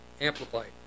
Amplified